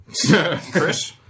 Chris